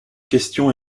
question